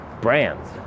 brands